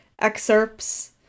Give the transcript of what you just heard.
excerpts